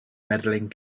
medaling